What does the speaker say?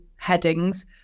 headings